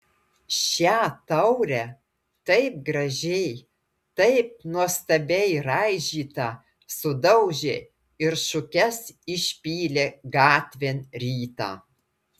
šią taurę taip gražiai taip nuostabiai raižytą sudaužė ir šukes išpylė gatvėn rytą